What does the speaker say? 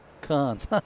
cons